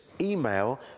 email